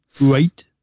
right